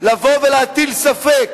ולבוא ולהטיל ספק